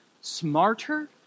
smarter